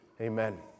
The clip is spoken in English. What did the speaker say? Amen